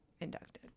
inducted